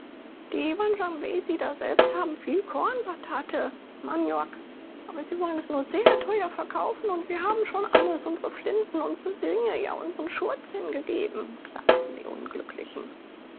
die wanjamwesi daselbst haben viel korn batate maniok aber sie wollen es nur sehr teuer verkaufen und wir haben schon alles unsre flinten unsre ringe ja unsren schurz hingegeben klagten die unglücklichen